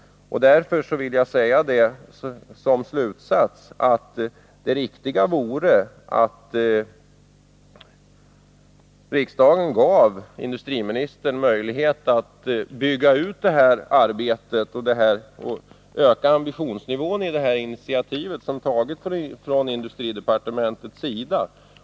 Därför vill jag som slutsats säga att det riktiga vore att riksdagen gav industriministern möjlighet att bygga ut det här arbetet och öka ambitionsnivån i det initiativ som tagits från industridepartementets sida.